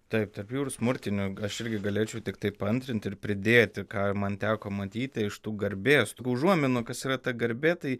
taip tarp jų ir smurtinių aš irgi galėčiau tiktai paantrinti ir pridėti ką man teko matyti iš tų garbės užuominų kas yra ta garbė tai